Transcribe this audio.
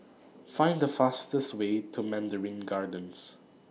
Find The fastest Way to Mandarin Gardens